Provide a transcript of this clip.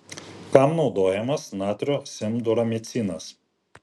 kam naudojamas natrio semduramicinas